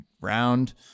round